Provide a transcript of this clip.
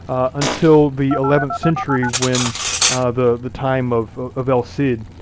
until the eleventh century when the the time of of el cid.